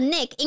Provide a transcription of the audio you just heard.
Nick